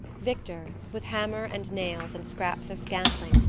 victor, with hammer and nails and scraps of scantling,